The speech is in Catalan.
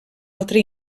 altra